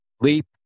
leap